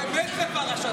אפשר.